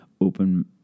open